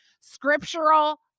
scriptural